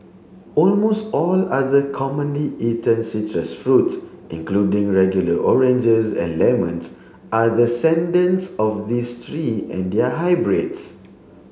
almost all other commonly eaten citrus fruits including regular oranges and lemons are descendants of these three and their hybrids